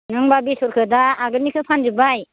नों बा बेसरखौ दा आगोलनिखौ फानजोबबाय